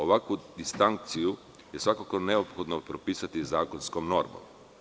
Ovakvu distinkciju je svakako neophodno propisati zakonskom normom.